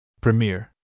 Premier